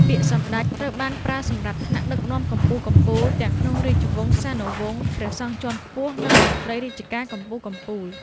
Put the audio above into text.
ពាក្យ សម្ដេច ត្រូវបានប្រើសម្រាប់ថ្នាក់ដឹកនាំកំពូលៗ ទាំងក្នុងរាជវង្សានុវង្ស ព្រះសង្ឃជាន់ខ្ពស់ និងមន្ត្រីរាជការកំពូលៗ។